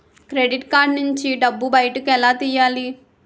Credit card నుంచి డబ్బు బయటకు ఎలా తెయ్యలి?